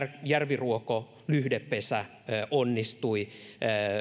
järviruokolyhdepesä onnistui